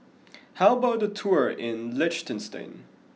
how about a tour in Liechtenstein